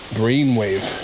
brainwave